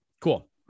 cool